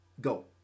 Go